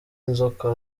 inzoka